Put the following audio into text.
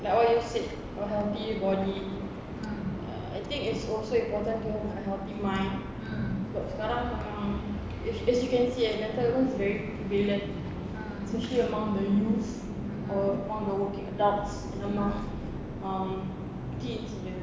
like all you said a healthy body I think it's also important to have a healthy mind sebab sekarang memang as you can see eh mental health is very prevalent especially among the youth err among the working adults and among um teens